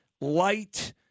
light